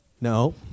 No